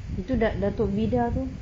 itu dato vida tu